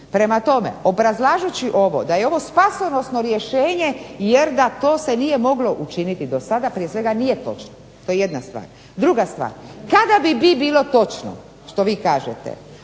Prema tome, obrazlažući ovo da je ovo spasonosno rješenje jer da to se nije moglo učiniti do sada prije svega nije točno, to je jedna stvar. Druga stvar, kada bi bilo točno što vi kažete,